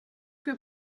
que